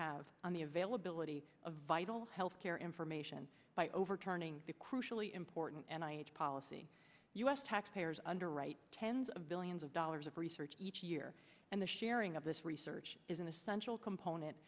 have on the availability of vital healthcare information by overturning the crucially important and i aged policy u s taxpayers underwrite tens of billions of dollars of research each year and the sharing of this research is an essential component